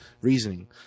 reasoning